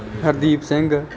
Hardeep Singh